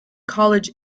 college